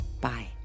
Bye